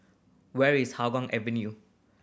where is Hougang Avenue